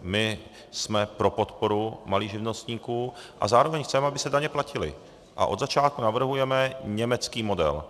My jsme pro podporu malých živnostníků a zároveň chceme, aby se daně platily, a od začátku navrhujeme německý model.